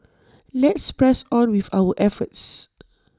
let's press on with our efforts